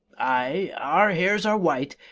aye, our hairs are white,